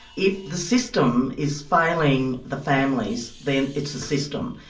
if the system is failing the families, then it's the system.